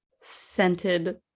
scented